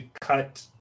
cut